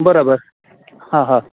बराबरि हा हा